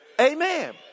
Amen